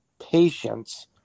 patience